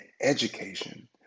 education